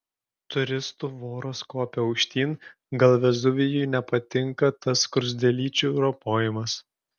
turistų voros kopia aukštyn gal vezuvijui nepatinka tas skruzdėlyčių ropojimas